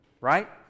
Right